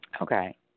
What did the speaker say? okay